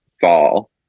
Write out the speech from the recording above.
fall